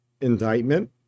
indictment